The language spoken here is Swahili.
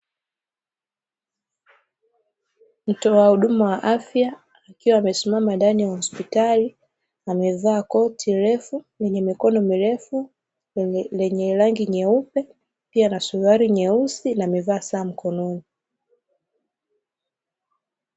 Mtoa huduma wa afya akiwa amesimama ndani ya hospitali amevaa koti refu, lenye mikono mirefu, lenye rangi nyeupe, pia na suruali nyeusi, amevaa saa mkononi.